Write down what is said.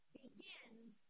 begins